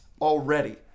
already